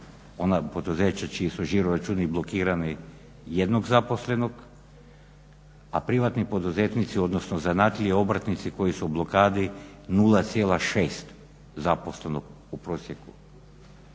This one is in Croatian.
poduzeća čiji su žiroračuni blokirani, jednog zaposlenika, a privatni poduzetnici odnosno zanatlije, obrtnici koji su u blokadi 0,6 zaposlenog u prosjeku